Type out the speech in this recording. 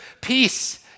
peace